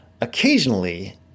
occasionally